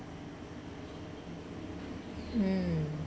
mm